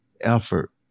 effort